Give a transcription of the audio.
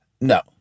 No